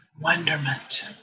Wonderment